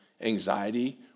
anxiety